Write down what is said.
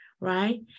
right